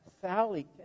Sally